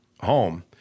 home